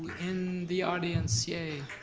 in the audience, yay.